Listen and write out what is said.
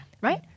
Right